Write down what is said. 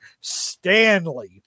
Stanley